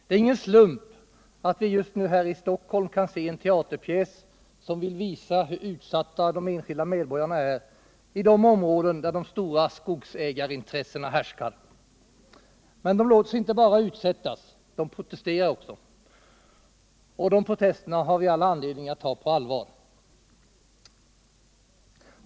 Det är ingen slump att vi just nu här i Stockholm kan se en teaterpjäs som vill visa hur utsatta de enskilda medborgarna är i de områden där de stora skogsägarintressena härskar. Men de låter sig inte bara utsättas: de protesterar också. De protesterna har vi all anledning att ta på allvar.